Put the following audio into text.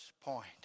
point